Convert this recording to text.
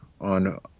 on